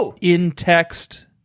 in-text